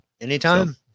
Anytime